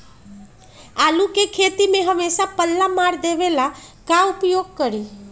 आलू के खेती में हमेसा पल्ला मार देवे ला का उपाय करी?